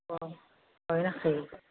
অহ হয় নেকি